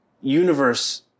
universe